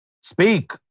Speak